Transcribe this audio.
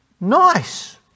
Nice